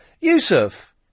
Yusuf